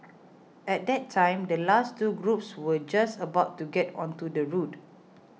at that time the last two groups were just about to get onto the route